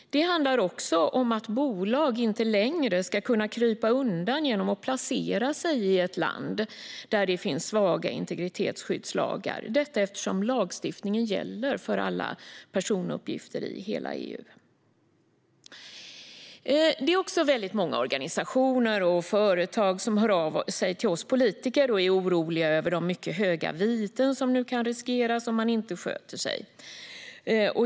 Det handlar också om att bolag inte längre ska komma undan genom att placera sig i ett land där det finns svaga integritetsskyddslagar. Lagstiftningen gäller nämligen för alla personuppgifter i hela EU. Det är många organisationer och företag som hör av sig till oss politiker och är oroliga över de höga viten de riskerar om de inte sköter sig.